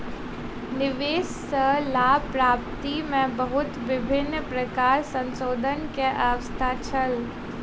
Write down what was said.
निवेश सॅ लाभ प्राप्ति में बहुत विभिन्न प्रकारक संशोधन के आवश्यकता छल